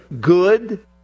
good